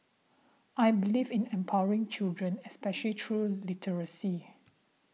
I believe in empowering children especially through literacy